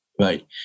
right